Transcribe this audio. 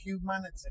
humanity